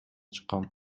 чыккан